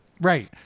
Right